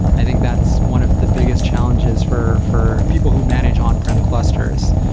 i think that's one of the biggest challenges for for people who manage on-prem clusters.